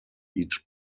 each